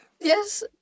yes